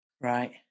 Right